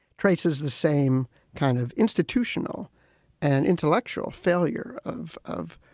traces the same kind of institutional and intellectual failure of of.